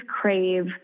crave